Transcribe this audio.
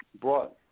brought